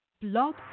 blog